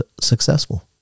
successful